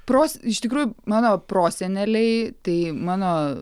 pros iš tikrųjų mano proseneliai tai mano